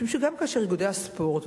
משום שגם כאשר איגודי הספורט,